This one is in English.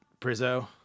Prizzo